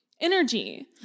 energy